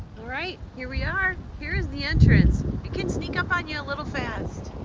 all right, here we are. here is the entrance. it can sneak up on you a little fast.